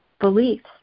beliefs